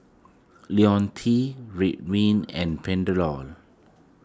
Ionil T Ridwind and Panadol